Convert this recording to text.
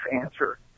answer